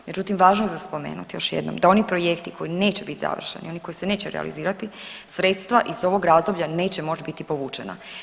Međutim, važno je za spomenuti još jednom da oni projekti koji neće biti završeni, oni koji se neće realizirati sredstva iz ovog razdoblja neće moći biti povućena.